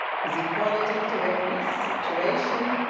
his equality to every situation,